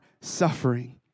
suffering